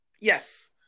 Yes